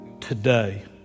today